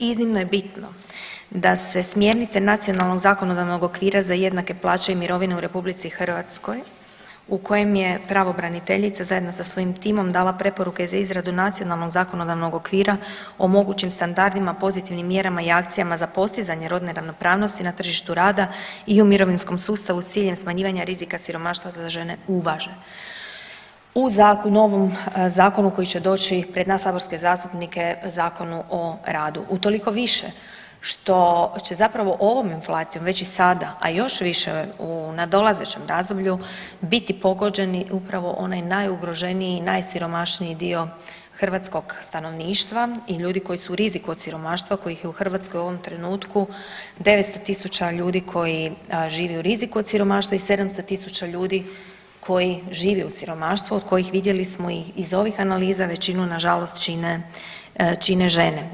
Iznimno je bitno da se smjernice nacionalnog zakonodavnog okvira za jednake plaće i mirovine u RH u kojem je pravobraniteljica zajedno sa svojim zajedno sa svojim timom dala preporuke za izradu nacionalnog zakonodavnog okvira o mogućim standardima, pozitivnim mjerama i akcijama za postizanje rodne ravnopravnosti na tržištu rada i u mirovinskom sustavu s ciljem smanjivanja rizika siromaštva za žene uvaže u zakonu, novom zakonu koji će doći pred nas saborske zastupnike Zakonu o radu, utoliko više što će zapravo ovom inflacijom već i sada, a još više u nadolazećem razdoblju biti pogođeni upravo onaj najugroženiji i najsiromašniji dio hrvatskog stanovništva i ljudi koji su u riziku od siromaštva kojih je u Hrvatskoj u ovom trenutku 900.000 ljudi koji živi u riziku od siromaštva i 700.000 ljudi koji živi u siromaštvu, od kojih vidjeli smo iz ovih analiza, većinu nažalost čine žene.